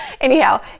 Anyhow